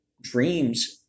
dreams